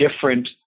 different